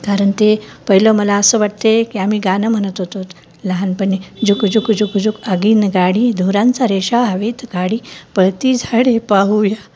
कारण ते पहिलं मला असं वाटते की आम्ही गाणं म्हणत होतो लहानपणी झुक झुक झुक झुक अगीन गाडी धुरांचा रेषा हवेत काढी पळती झाडे पाहूया